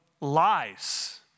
lies